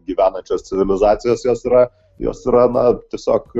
gyvenančios civilizacijos jos yra jos yra na tiesiog